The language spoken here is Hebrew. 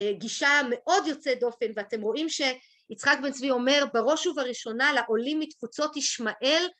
גישה מאוד יוצאת דופן ואתם רואים שיצחק בן צבי אומר בראש ובראשונה לעולים מתפוצות ישמעאל